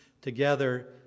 together